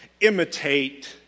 imitate